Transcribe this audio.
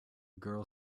girl